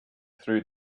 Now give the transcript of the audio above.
through